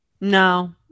No